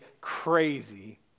crazy